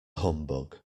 humbug